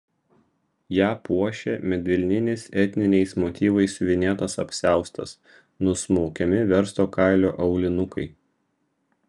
ją puošė medvilninis etniniais motyvais siuvinėtas apsiaustas nusmaukiami versto kailio aulinukai